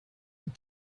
het